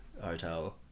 hotel